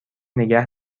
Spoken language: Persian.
نگه